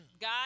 God